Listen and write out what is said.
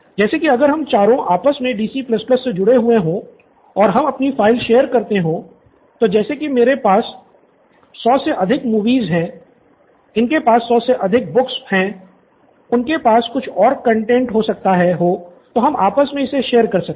जैसे कि अगर हम चारों आपस मे DC से जुड़े हुए हो और हम अपनी फ़ाइल शेयर करते हो जैसे की मेरे पास सौ से अधिक मूवीस हैं इनके पास सौ से अधिक बुक्स हैं उनके पास कुछ और कंटैंट है तो वो हम आपस मे शेयर कर सकते हैं